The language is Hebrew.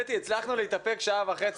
הצלחנו להתאפק שעה וחצי.